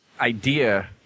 idea